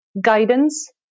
guidance